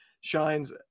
shines